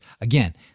again